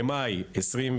במאי 2022,